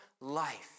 life